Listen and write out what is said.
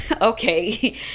okay